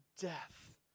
death